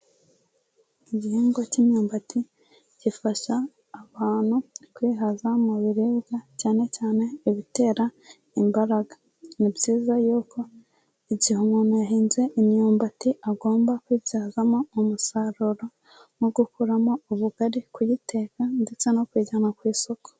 Igihingwa cy'imyumbati gifasha abantu kwihaza mu biribwa, cyane cyane ibitera imbaraga, ni byiza yuko igihe umuntu yahinze imyumbati agomba kuyibyazamo umusaruro, nko gukuramo ubugari, kuyiteka ndetse no kuyijyana ku isoko.